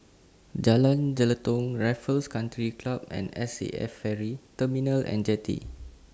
Jalan Jelutong Raffles Country Club and S A F Ferry Terminal and Jetty